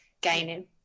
gaining